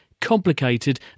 complicated